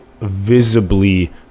visibly